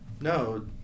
No